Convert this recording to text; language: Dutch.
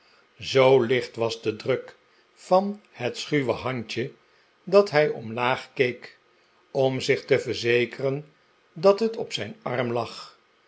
zoo licht was de druk van het schuwe handje dat hij omlaag keek om zich te verzekeren dat het op zijn arm lag